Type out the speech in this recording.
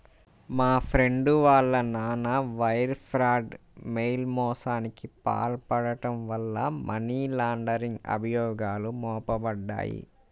మా ఫ్రెండు వాళ్ళ నాన్న వైర్ ఫ్రాడ్, మెయిల్ మోసానికి పాల్పడటం వల్ల మనీ లాండరింగ్ అభియోగాలు మోపబడ్డాయి